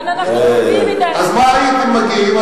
כאן אנחנו, אז למה הייתם מגיעים?